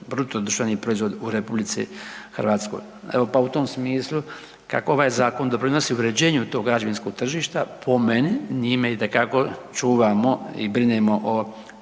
bruto društveni proizvod u RH. Evo, pa u tom smislu kako ovaj zakon doprinosi uređenju tog građevinskog tržišta po meni njime itekako čuvamo i brinemo o